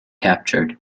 captured